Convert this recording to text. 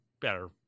better